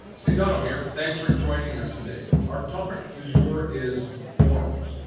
steve dotto here. thanks for joining us today. our topic du jour is forms.